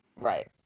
Right